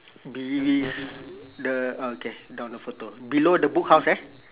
bes~ the uh okay down the photo below the book house eh